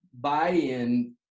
buy-in